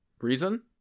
Reason